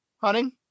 hunting